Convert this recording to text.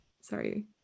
Sorry